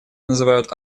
называют